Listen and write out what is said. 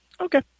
Okay